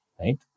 right